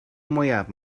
mwyaf